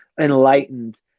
enlightened